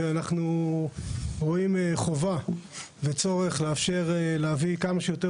ואנחנו רואים חובה וצורך לאפשר להביא כמה שיותר